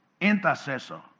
intercessor